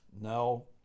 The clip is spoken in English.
no